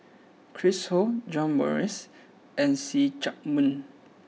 Chris Ho John Morrice and See Chak Mun